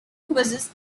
quizzes